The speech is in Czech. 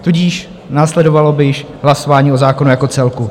Tudíž následovalo by již hlasování o zákonu jako celku.